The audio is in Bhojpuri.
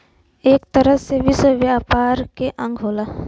एक तरह से विश्व व्यापार के अंग होला